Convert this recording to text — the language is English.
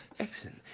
excellent.